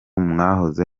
mwahoze